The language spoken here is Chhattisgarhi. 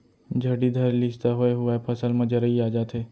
झड़ी धर लिस त होए हुवाय फसल म जरई आ जाथे